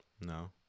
no